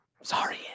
Sorry